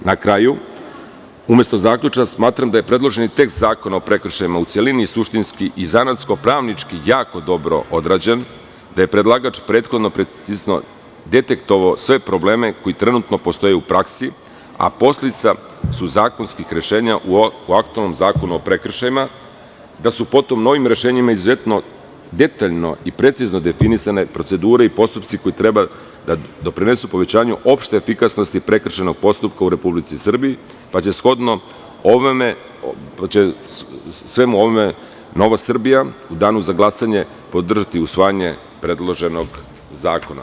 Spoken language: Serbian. Na kraju, umesto zaključka, smatram da je predloženi tekst Zakona o prekršajima u celini i suštinski i zanatsko-pravnički jako dobro odrađen, da je predlagač prethodno precizno detektovao sve probleme koji trenutno postoje u praksi, a posledica su zakonskih rešenja u aktuelnom Zakonu o prekršajima, da su potom novim rešenjima izuzetno detaljno i precizno definisane procedure i postupci koji treba da doprinesu povećanju opšte efikasnosti prekršajnog postupka u Republici Srbiji, pa će Nova Srbija u danu za glasanje podržati usvajanje predloženog zakona.